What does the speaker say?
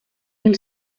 mil